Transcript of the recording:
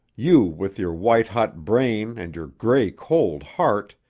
you with your white-hot brain and your gray-cold heart,